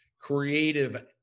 creative